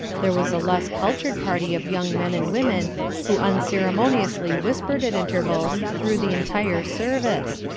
there was a less cultured party of young men and women who unceremoniously whispered at intervals through the entire service,